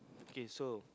okay so